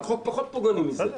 על חוק פחות פוגעני מזה,